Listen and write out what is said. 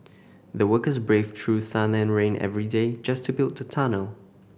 the workers braved through sun and rain every day just to build the tunnel